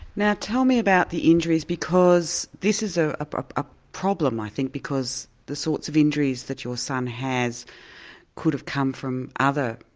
now tell me about the injuries, because this is ah a problem i think because the sorts of injuries that your son has could have come from other